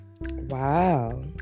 Wow